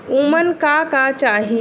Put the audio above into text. उमन का का चाही?